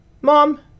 Mom